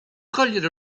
cogliere